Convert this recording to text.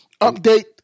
Update